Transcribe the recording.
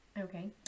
Okay